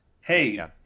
Hey